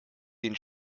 den